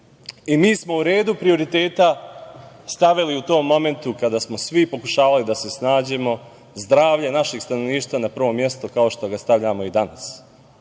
smo u redu prioriteta stavili, u tom momentu kada smo svi pokušavali da se snađemo, zdravlje našeg stanovništva na prvom mestu, kao što ga stavljamo i danas.